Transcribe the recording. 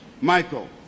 Michael